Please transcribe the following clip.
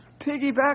Piggyback